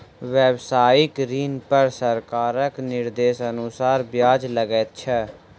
व्यवसायिक ऋण पर सरकारक निर्देशानुसार ब्याज लगैत छै